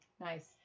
Nice